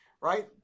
right